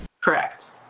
Correct